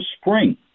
spring